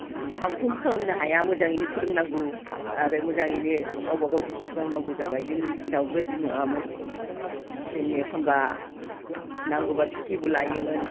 फां फुं खालामनो हाया मोजाङैनो फोरोंनांगौ आरो मोजाङैनो गावबा गाव डिउटि मावनांगौ जाबाय जोंनि दिनाव बिबायदि नङामोन जोङो एखनब्ला नांगौब्ला सुटिबो लायोमोन